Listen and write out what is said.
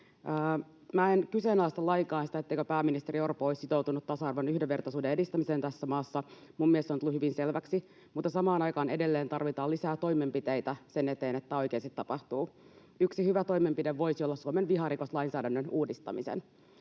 en kyseenalaista lainkaan sitä, etteikö pääministeri Orpo olisi sitoutunut tasa-arvon ja yhdenvertaisuuden edistämiseen tässä maassa. Minun mielestäni se on tullut hyvin selväksi. Mutta samaan aikaan edelleen tarvitaan lisää toimenpiteitä sen eteen, että oikeasti tapahtuu. Yksi hyvä toimenpide voisi olla Suomen viharikoslainsäädännön uudistaminen.